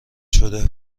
شده